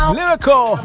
lyrical